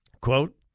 Quote